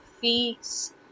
fees